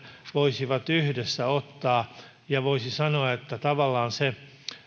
voisivat yhdessä ottaa ja voisi sanoa että tavallaan se